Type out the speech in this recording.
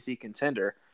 contender